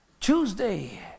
Tuesday